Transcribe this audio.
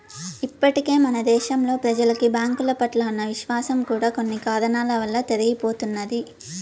ఇప్పటికే మన దేశంలో ప్రెజలకి బ్యాంకుల పట్ల ఉన్న విశ్వాసం కూడా కొన్ని కారణాల వలన తరిగిపోతున్నది